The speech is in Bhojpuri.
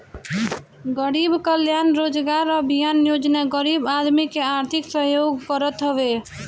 गरीब कल्याण रोजगार अभियान योजना गरीब आदमी के आर्थिक सहयोग करत हवे